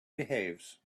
behaves